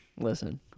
Listen